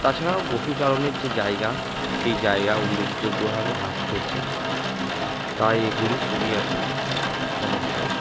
তাছাড়াও পশুচারণের যে জায়গা সেই জায়গা উল্লেখযোগ্যভাবে হ্রাস পেয়েছে তাই এগুলি খুবই এখন সমস্যা